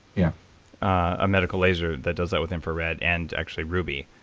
yeah a medical laser that does that with infrared and actually ruby,